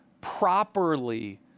properly